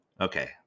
Okay